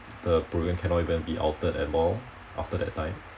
the program cannot even be altered and mould after that time